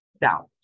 down